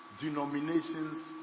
denominations